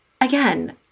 again